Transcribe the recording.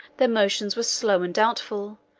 their motions were slow and doubtful,